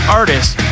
artists